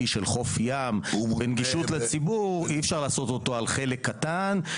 של חוף הים בנגישות לציבור לא ניתן לעשות על חלק קטן.